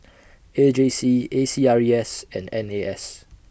A J C A C R E S and N A S